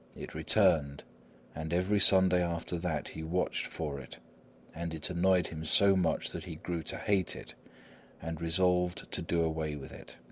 it returned and every sunday after that he watched for it and it annoyed him so much that he grew to hate it and resolved to do away with it.